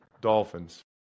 Dolphins